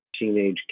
teenage